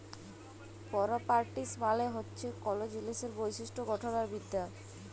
properties মালে হছে কল জিলিসের বৈশিষ্ট গঠল আর বিদ্যা